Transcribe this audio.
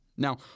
Now